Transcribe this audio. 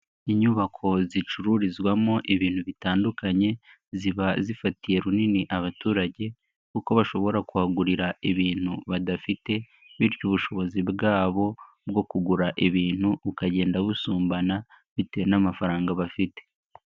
Inyubako zicururizwamo ibintu bitandukanye, ziba zifatiye runini abaturage kuko bashobora kwagurira ibintu badafite, bityo ubushobozi bwabo bwo kugura ibintu bukagenda busumbana bitewe n'amafaranga bafite.